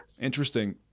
Interesting